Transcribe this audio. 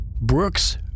Brooks